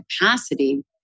capacity